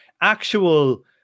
actual